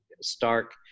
stark